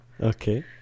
Okay